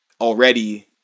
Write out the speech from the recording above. already